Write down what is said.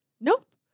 nope